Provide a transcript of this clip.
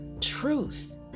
truth